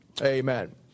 Amen